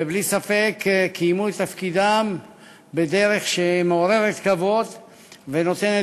ובלי ספק מילאו את תפקידם בדרך מעוררת כבוד ונותנת